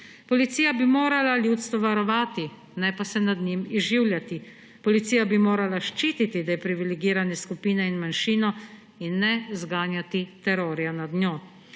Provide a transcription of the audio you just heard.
Policija bi morala ljudstvo varovati, ne pa se nad njim izživljati. Policija bi morala ščititi deprivilegirane skupine in manjšino in ne zganjati terorja nad njo.